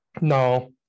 No